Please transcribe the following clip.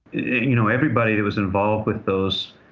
you know, everybody that was involved with those,